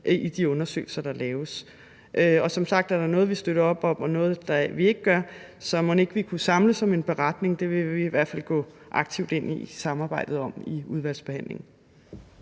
i de undersøgelser, der laves. Som sagt er der noget, vi støtter op om, og noget, vi ikke gør. Så mon ikke vi kunne samles om en beretning? Det vil vi i hvert fald gå aktivt ind i samarbejdet om i udvalgsbehandlingen.